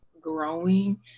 growing